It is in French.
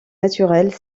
naturelles